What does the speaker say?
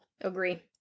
Agree